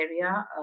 area